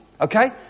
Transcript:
Okay